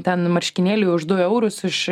ten marškinėliai už du eurus iš